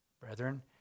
Brethren